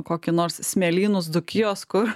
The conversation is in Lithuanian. kokį nors smėlynus dzūkijos kur